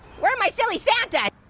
where are my silly santa?